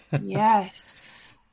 Yes